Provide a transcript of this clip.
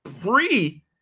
pre